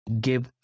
give